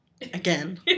Again